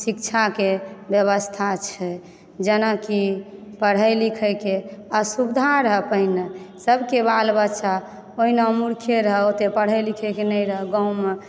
शिक्षाके व्यवस्था छै जेनाकि पढ़य लिखयके असुविधा रहय पहिने सभके बाल बच्चा ओहिना मूर्खे रहय ओतय पढ़य लिखयके नहि रहय गाँवमे